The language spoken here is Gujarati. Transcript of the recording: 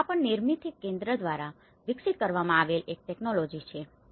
તેથી આ પણ નિર્મિથી કેન્દ્ર દ્વારા વિકસિત કરવામાં આવેલ એક ટેકનોલોજી છે